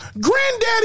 Granddaddy